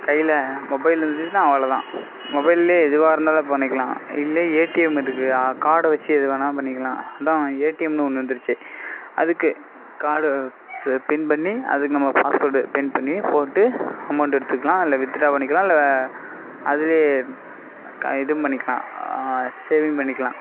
கையில் மொபைல் இருந்துச்சுனால் அவ்வளோதான் மொபைலிலே எதுவாக இருந்தாலும் பண்ணிக்கலாம் இல்லை ஏடிஎம் இருக்குது கார்டை வச்சு எது வேணால் பண்ணிக்கலாம் அதுதான் ஏடிஎம்னு ஒன்று வந்துருச்சு அதுக்கு கார்டு பி பின் பண்ணி அதுக்கு நம்ம பாஸ்வேடு பின் பண்ணி போட்டு அமௌண்ட் எடுத்துக்கலாம் இல்லை வித்ட்ரா பண்ணிக்கலாம் இல்லை அதிலே இதுவும் பண்ணிக்கலாம் சேவிங் பண்ணிக்கலாம்